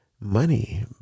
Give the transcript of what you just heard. money